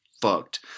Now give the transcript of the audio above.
fucked